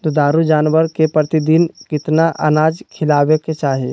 दुधारू जानवर के प्रतिदिन कितना अनाज खिलावे के चाही?